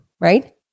right